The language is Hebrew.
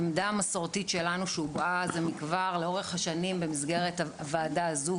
העמדה המסורתית שלנו שהובאה זה מכבר לאורך השנים במסגרת הוועדה הזו